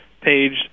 Page